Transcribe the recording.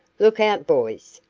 look out, boys,